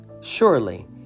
Surely